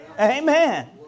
Amen